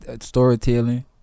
Storytelling